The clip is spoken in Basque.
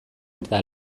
eta